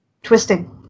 Twisting